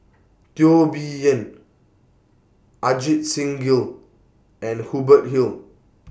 Teo Bee Yen Ajit Singh Gill and Hubert Hill